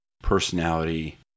personality